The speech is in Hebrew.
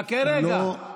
חכה רגע,